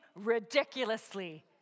ridiculously